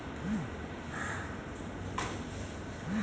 सब्जी वाला फसल पे कीड़ा लागला से सब पतइ में छेद होए लागत हवे